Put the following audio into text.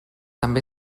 també